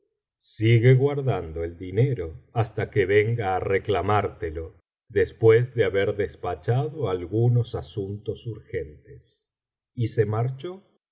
sigue guardando el dinero hasta que venga á reclamártelo después de haber despachado algunos asuntos urgentes y se marchó